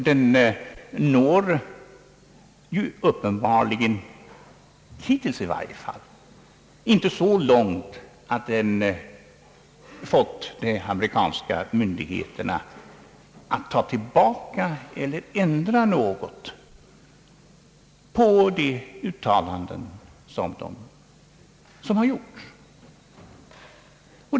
Den når uppenbarligen inte så långt att den — i varje fall hittills — fått de amerikanska myndigheterna att ta tillbaka eller ändra något i de uttalanden som gjorts.